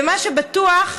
ומה שבטוח,